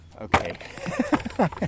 Okay